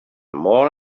more